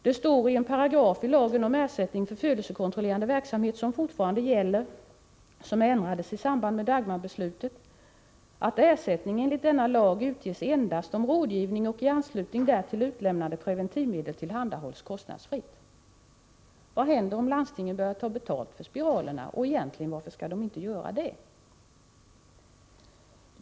I en paragraf i lagen om ersättning för födelsekontrollerande verksamhet som fortfarande gäller — den ändrades ju i samband med Dagmarbeslutet — står: ”Ersättning enligt denna lag utges endast om rådgivning och i anslutning därtill utlämnade preventivmedel tillhandahålls kostnadsfritt.” Vad händer om landstingen börjar ta betalt för spiralerna— och egentligen, varför skall landstingen inte göra det?